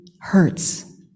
hurts